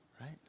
right